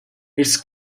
its